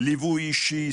ליווי אישי,